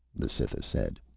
the cytha said.